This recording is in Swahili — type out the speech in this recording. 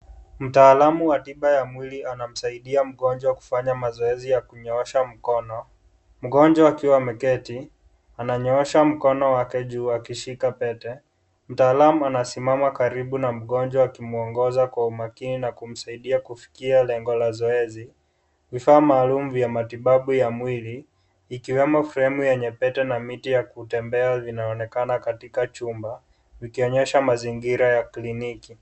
Mtaalamu wa tiba ya mwili anamsaidia mgonjwa kufanya mazoezi ya kunyoosha mkono. Mgonjwa akiwa ameketi, ananyoosha mkono wake juu akishika pete. Mtaalamu anasimama karibu na mgonjwa akimuongoza kwa umakini na kumsaidia kufikia lengo la zoezi. Vifaa maalumu vya matibabu ya mwili ikiwemo fremu yenye pete na miti ya kutembea vinaonekana katika chumba. Vikionyesha mazingira ya kliniki.